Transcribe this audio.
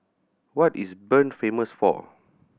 what is Bern famous for